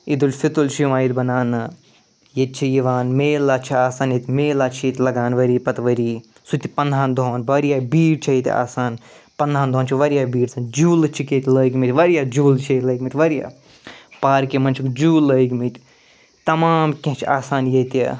عیٖدُالفطر چھُ یِوان ییٚتہِ مناونہٕ ییٚتہِ چھِ یِوان میلا چھِ آسان ییٚتہِ میلا چھِ ییٚتہِ لگان ؤری پتہٕ ؤری سُہ تہِ پَنٛدٕہَن دۄہَن واریاہ بیٖڑ چھِ ییٚتہِ آسان پَنٛدٕہَن دۄہَن چھِ واریاہ بیٖڑ آسان جوٗلہٕ چھِکھ ییٚتہِ لٲگۍمٕتۍ واریاہ جوٗلہٕ چھِ ییٚتہِ لٲگۍمٕتۍ واریاہ پارکہِ منٛز چھِکھ جوٗلہٕ لٲگۍمٕتۍ تمام کیٚنٛہہ چھِ آسان ییٚتہِ